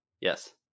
Yes